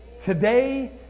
today